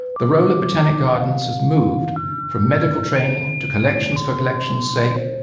the role of botanic gardens has moved from medical training, to collections for collections' sake,